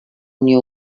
unió